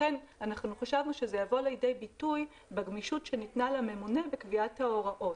לכן חשבנו שזה יבוא לידי ביטוי בגמישות שניתנה לממונה בקביעת ההוראות.